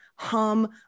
hum